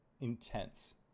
intense